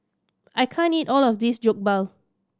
I can't eat all of this Jokbal